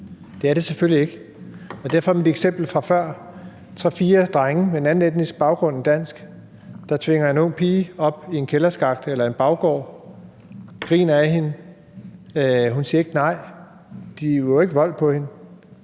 Det er det selvfølgelig ikke og deraf mit eksempel fra før om tre-fire drenge med en anden etnisk baggrund end dansk, der tvinger en ung pige ned i en kælderskakt eller ind i en baggård og griner ad hende; hun siger ikke nej, de udøver ikke vold på hende.